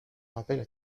rappelle